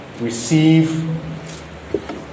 receive